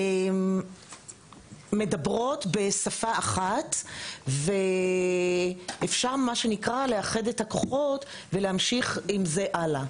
מדברים בשפה אחת ואפשר לאחד כוחות ולהמשיך עם זה הלאה.